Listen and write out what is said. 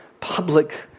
public